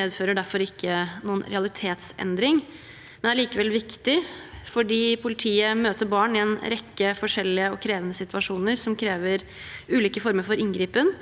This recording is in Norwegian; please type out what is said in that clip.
medfører derfor ikke noen realitetsendring. Den er allikevel viktig fordi politiet møter barn i en rekke forskjellige og krevende situasjoner som krever ulike former for inngripen.